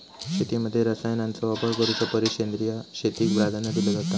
शेतीमध्ये रसायनांचा वापर करुच्या परिस सेंद्रिय शेतीक प्राधान्य दिलो जाता